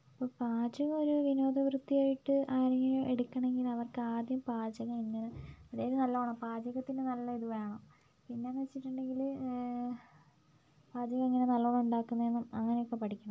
ഇപ്പോൾ പാചകം ഒരു വിനോദ വൃത്തിയായിട്ട് ആരെങ്കിലും എടുക്കണമെങ്കിൽ അവർക്കാദ്യം പാചകം എങ്ങനെ അതായത് നല്ലവണ്ണം പാചകത്തിന് നല്ല ഇത് വേണം പിന്നെ എന്ന് വെച്ചിട്ടുണ്ടെങ്കിൽ പാചകമെങ്ങനെ നല്ലവണ്ണം ഉണ്ടാക്കുന്നതെന്നും അങ്ങനെ ഒക്കെ പഠിക്കണം